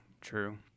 true